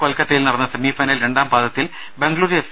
കൊൽക്കത്തയിൽ നടന്ന സെമിഫൈനൽ രണ്ടാം പാദത്തിൽ ബംഗളൂരു എഫ്